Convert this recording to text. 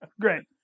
Great